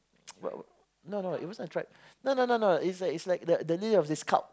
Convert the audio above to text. what what no no it was not a tribe no no no it's like it's like the the name of this cult